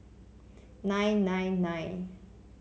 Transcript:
nine nine nine